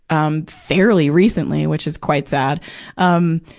um, fairly recently which is quite sad um,